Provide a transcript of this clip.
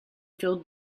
filled